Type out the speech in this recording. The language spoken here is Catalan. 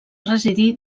residir